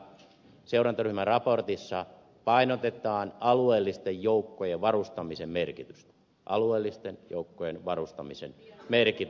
seurantaryhmäraportissa painotetaan alueellisten joukkojen varustamisen merkitystä alueellisten joukkojen varustamisen merkitystä